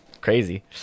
crazy